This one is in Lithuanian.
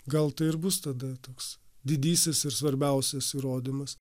gal tai ir bus tada toks didysis ir svarbiausias įrodymas